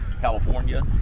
California